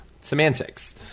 Semantics